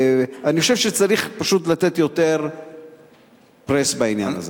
אני חושב שפשוט צריך לתת יותר press בעניין הזה.